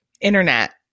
internet